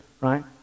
right